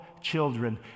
children